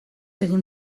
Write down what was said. egin